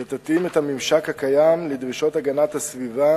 שתתאים את הממשק הקיים לדרישות הגנת הסביבה